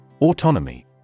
Autonomy